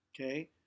Okay